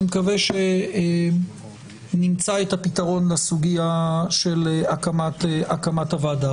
אני מקווה שנמצא את הפתרון לסוגיה של הקמת הוועדה.